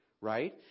right